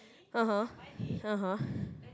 (uh huh)